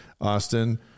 Austin